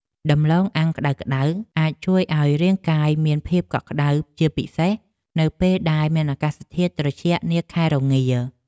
ដំឡូងអាំងក្តៅៗអាចជួយឱ្យរាងកាយមានភាពកក់ក្តៅជាពិសេសនៅពេលដែលមានអាកាសធាតុត្រជាក់នាខែរងា។